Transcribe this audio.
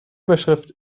überschrift